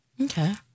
Okay